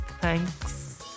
Thanks